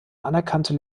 anerkannte